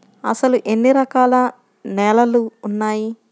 అసలు ఎన్ని రకాల నేలలు వున్నాయి?